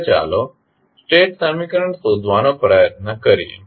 હવે ચાલો સ્ટેટ સમીકરણ શોધવાનો પ્રયત્ન કરીએ